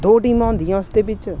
दो टीमां होंदियां उसदे बिच्च